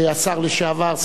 השר לשעבר,